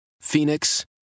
Phoenix